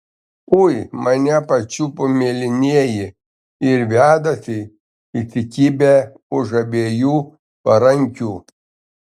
ui mane pačiupo mėlynieji ir vedasi įsikibę už abiejų parankių